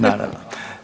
Naravno.